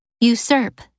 Usurp